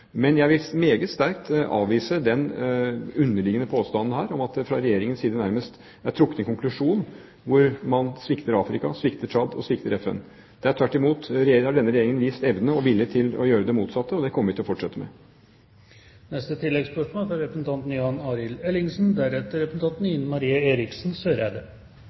Jeg vil meget sterkt avvise den underliggende påstanden her om at det fra Regjeringens side nærmest er trukket en konklusjon om at man svikter Afrika, svikter Tsjad og svikter FN. Tvert imot har denne regjeringen vist evne og vilje til å gjøre det motsatte, og det kommer vi til å fortsette med. Jan Arild Ellingsen